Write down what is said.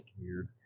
weird